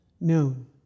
known